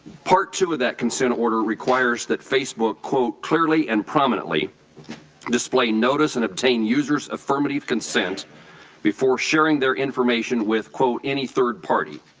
part two of that consent order requires that facebook, quote, clearly and prominently display notice and um user's affirmative consent before sharing their information with, quote, any third party.